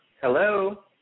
Hello